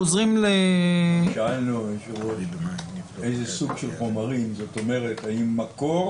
שאלנו גם אילו סוג חומרים האם מקור